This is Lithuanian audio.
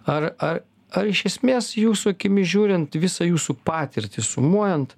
ar ar ar iš esmės jūsų akimis žiūrint visą jūsų patirtį sumuojant